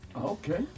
Okay